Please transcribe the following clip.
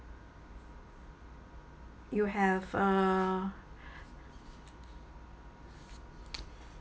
you have uh